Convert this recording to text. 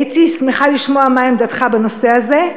הייתי שמחה לשמוע מה עמדתך בנושא הזה.